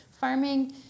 farming